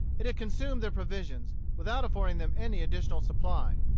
it had consumed their provisions, without affording them any additional supply.